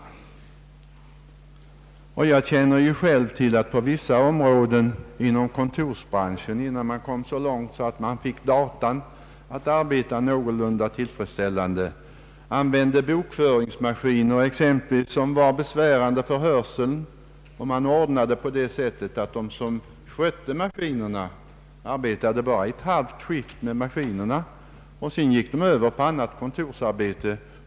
Jag känner själv till att före datorernas tid ordnade man på det sättet inom vissa kontorsbranscher, t.ex. vid användande av bokföringsmaskiner som var besvärande för hörseln, att man endast arbetade under ett halvt skift med maskinerna och sedan övergick till annat kontorsarbete.